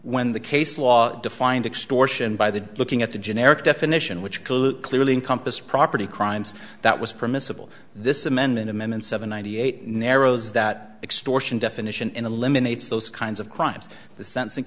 when the case law defined extortion by the looking at the generic definition which collude clearly encompass property crimes that was permissible this amendment amendment seven ninety eight narrows that extortion definition in the limits those kinds of crimes the sense